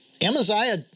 Amaziah